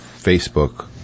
Facebook